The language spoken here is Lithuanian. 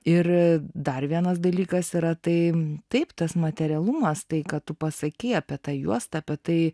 ir dar vienas dalykas yra tai taip tas materialumas tai ką tu pasakei apie tą juostą apie tai